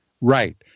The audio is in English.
Right